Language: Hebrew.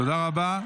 תודה רבה.